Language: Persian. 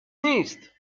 نیست